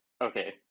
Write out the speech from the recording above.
okay